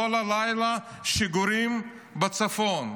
כל הלילה שיגורים בצפון,